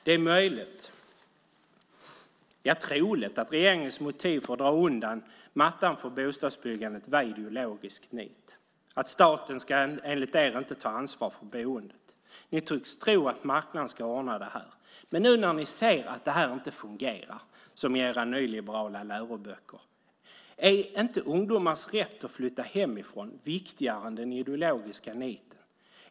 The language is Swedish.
Det är möjligt, ja, troligt att regeringens motiv för att dra undan mattan för bostadsbyggandet var ideologisk nit. Staten ska enligt er inte ta ansvar för boendet. Ni tycks tro att marknaden ska ordna det här. Men nu när ni ser att det inte fungerar enligt era nyliberala läroböcker, är inte ungdomars rätt att flytta hemifrån viktigare än den ideologiska niten?